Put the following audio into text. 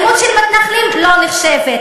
האלימות של המתנחלים לא נחשבת,